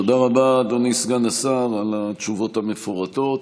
תודה רבה, אדוני סגן השר, על התשובות המפורטות.